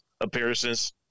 appearances